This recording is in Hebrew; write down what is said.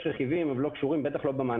יש רכיבים, הם לא קשורים, בטח לא במענקים.